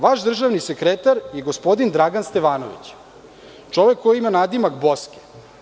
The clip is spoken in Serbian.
Vaš državni sekretar je gospodin Dragan Stevanović, čovek koji ima nadimak Boske.